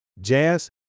jazz